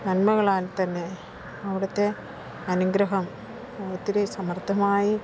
നന്മകളാൽ തന്നെ അവിടത്തെ അനുഗ്രഹം ഒത്തിരി സമർത്ഥമായി